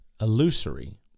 illusory